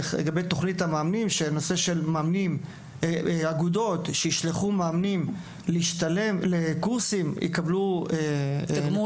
לגבי תכנית המאמנים: שאגודות שישלחו מאמנים לקורסים יקבלו תגמול